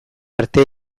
arte